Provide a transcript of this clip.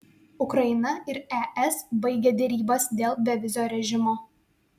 ukraina ir es baigė derybas dėl bevizio režimo